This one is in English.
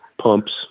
pumps